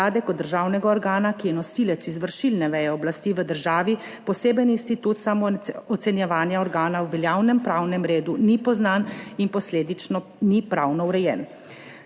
kot državnega organa, ki je nosilec izvršilne veje oblasti v državi, poseben institut samo ocenjevanja organa v veljavnem pravnem redu ni poznan in posledično ni pravno urejen,